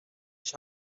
ich